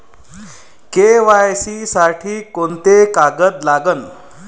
KYC साठी कोंते कागद लागन?